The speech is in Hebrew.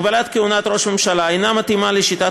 הגבלת כהונת ראש ממשלה אינה מתאימה לשיטת